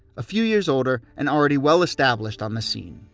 a few years older, and already well established on the scene